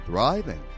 Thriving